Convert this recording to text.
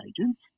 agents